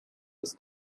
was